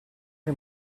che